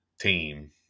team